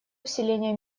усиление